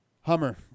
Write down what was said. Hummer